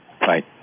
Right